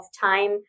time